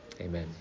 Amen